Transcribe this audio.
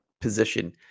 position